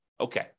okay